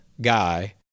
guy